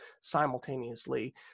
simultaneously